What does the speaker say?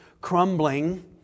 crumbling